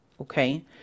Okay